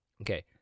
okay